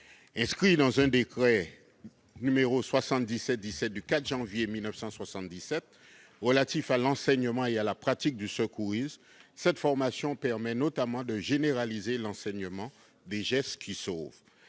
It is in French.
Régie par le décret n° 77-17 du 4 janvier 1977 relatif à l'enseignement et à la pratique du secourisme, cette formation permet notamment de généraliser l'enseignement des gestes qui sauvent.